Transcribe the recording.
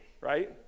right